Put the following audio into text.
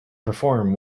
perform